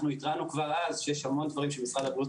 אנחנו התרענו כבר אז שיש המון דברים שמשרד הבריאות